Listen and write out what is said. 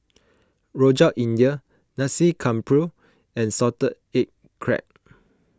Rojak India Nasi Campur and Salted Egg Crab